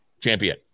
champion